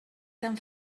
tan